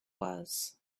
was